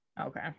okay